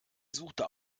suchte